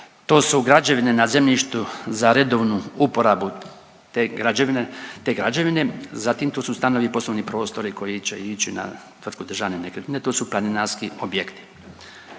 to su građevine na zemljištu za redovnu uporabu te građevine. Zatim tu su stanovi i poslovni prostori koji će ići na tvrtku Državne nekretnine, to su planinarski objekti.